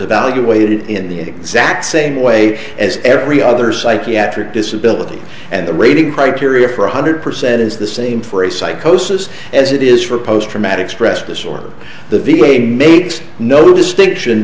evaluated in the exact same way as every other psychiatric disability and the rating criteria for one hundred percent is the same for a psychosis as it is for post traumatic stress disorder the v a makes no distinction